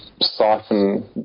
siphon